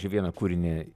čia vieną kūrinį